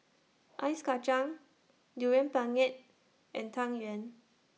Ice Kachang Durian Pengat and Tang Yuen